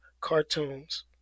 cartoons